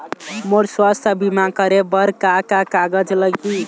मोर स्वस्थ बीमा करे बर का का कागज लगही?